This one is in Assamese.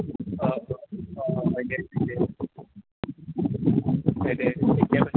অঁ অঁ হয় দে হয় দে এতিয়া